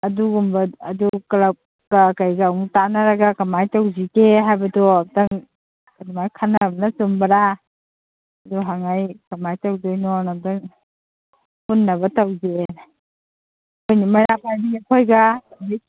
ꯑꯗꯨꯒꯨꯝꯕ ꯑꯗꯨ ꯀ꯭ꯂꯞꯀ ꯀꯩꯒ ꯑꯃꯨꯛ ꯇꯥꯟꯅꯔꯒ ꯀꯃꯥꯏꯅ ꯇꯧꯁꯤꯒꯦ ꯍꯥꯏꯕꯗꯣ ꯑꯝꯇꯪ ꯑꯗꯨꯃꯥꯏꯅ ꯈꯟꯅꯕꯅ ꯆꯨꯝꯕ꯭ꯔꯥ ꯑꯗꯨ ꯍꯪꯉꯛꯏ ꯀꯃꯥꯏꯅ ꯇꯧꯗꯣꯏꯅꯣꯅ ꯑꯝꯇꯪ ꯄꯨꯟꯅꯕ ꯇꯧꯁꯤ ꯑꯩꯈꯣꯏꯅ ꯃꯩꯔꯥ ꯄꯥꯏꯕꯤ ꯑꯩꯈꯣꯏꯒ ꯍꯧꯖꯤꯛ